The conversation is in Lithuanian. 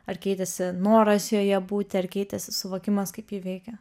ar keitėsi noras joje būti ar keitėsi suvokimas kaip ji veikia